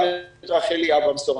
גם את רחלי אברמזון,